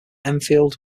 enfield